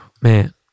man